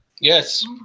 Yes